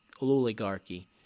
oligarchy